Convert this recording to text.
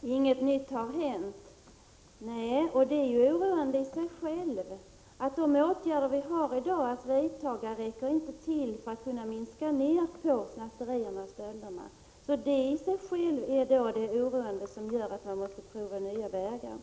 Herr talman! Inget nytt har hänt. Nej, och det är oroande i sig självt att de åtgärder vi kan vidta i dag inte räcker till för att minska antalet snatterier och stölder. Det i sig självt är den oroande faktor som gör att man måste pröva nya vägar.